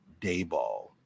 Dayball